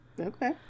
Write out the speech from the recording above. Okay